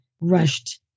rushed